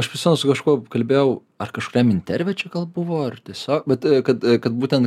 aš visada su kažkuob kalbėjau ar kažkuriam interve čia gal buvo ar tiesiog bet kad kad būtent